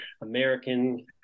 American